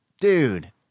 dude